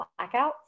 blackouts